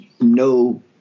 no